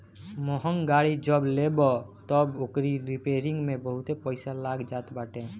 महंग गाड़ी जब लेबअ तअ ओकरी रिपेरिंग में बहुते पईसा लाग जात बाटे